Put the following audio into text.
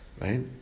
right